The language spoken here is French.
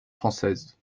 française